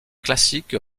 classique